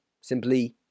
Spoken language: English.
simply